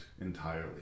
entirely